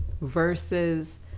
versus